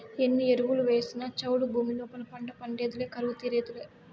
ఎన్ని ఎరువులు వేసినా చౌడు భూమి లోపల పంట పండేదులే కరువు తీరేదులే